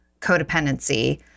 codependency